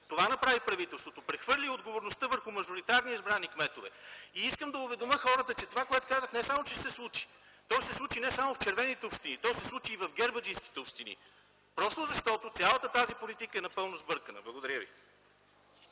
Това направи правителството. Прехвърли отговорността върху мажоритарно избрани кметове. Искам да уведомя хората, че това, което казах не само, че ще се случи, то се случи не само в червените общини, то ще се случи и в гербаджийските общини, просто защото цялата тази политика е напълно сбъркана. Благодаря ви.